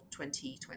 2020